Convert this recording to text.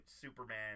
Superman